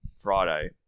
Friday